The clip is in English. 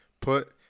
Put